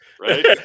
Right